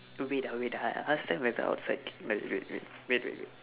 wait ah wait ah I ask them whether outside can wait wait wait wait wait wait